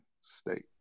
State